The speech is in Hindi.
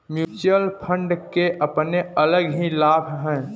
म्यूच्यूअल फण्ड के अपने अलग ही लाभ हैं